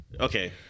Okay